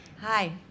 Hi